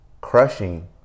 crushing